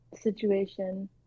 situation